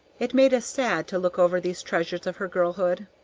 it made us sad to look over these treasures of her girlhood.